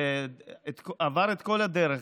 הוא עבר את כל הדרך,